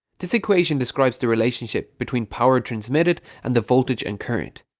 this equation describes the relationship between power transmitted and the voltage and current.